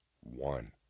one